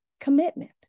commitment